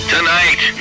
Tonight